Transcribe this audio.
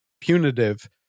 punitive